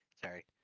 sorry